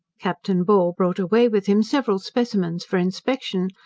captain ball brought away with him several specimens for inspection,